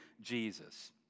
Jesus